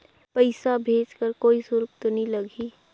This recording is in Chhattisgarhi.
पइसा भेज कर कोई शुल्क तो नी लगही?